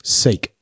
seek